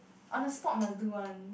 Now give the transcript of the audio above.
on the spot must do one